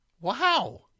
Wow